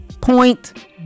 point